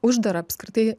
uždarą apskritai